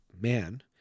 man